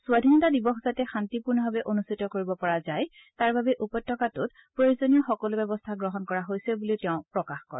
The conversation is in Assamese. স্বাধীনতা দিৱস যাতে শান্তিপূৰ্ণভাৱে অনুষ্ঠিত কৰিব পৰা যায় তাৰ বাবে উপত্যকাটোত প্ৰয়োজনীয় সকলো ব্যৱস্থা গ্ৰহণ কৰা হৈছে বুলিও তেওঁ প্ৰকাশ কৰে